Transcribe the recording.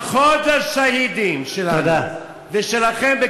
ברכות לשהידים שלנו ושלכם -- תודה.